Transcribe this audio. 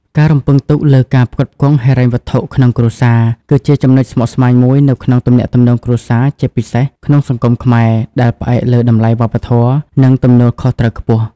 ការរំពឹងទុកលើការផ្គត់ផ្គង់ហិរញ្ញវត្ថុក្នុងគ្រួសារ គឺជាចំណុចស្មុគស្មាញមួយនៅក្នុងទំនាក់ទំនងគ្រួសារ ជាពិសេសក្នុងសង្គមខ្មែរ ដែលផ្អែកលើតម្លៃវប្បធម៌ និងទំនួលខុសត្រូវខ្ពស់។